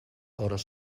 hores